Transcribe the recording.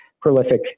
prolific